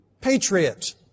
patriot